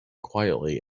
quietly